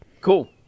cool